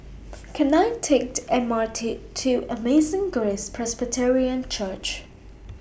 Can I Take The M R T to Amazing Grace Presbyterian Church